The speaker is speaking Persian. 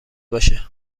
باشه